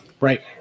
Right